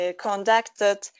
conducted